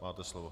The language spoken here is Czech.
Máte slovo.